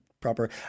proper